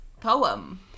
Poem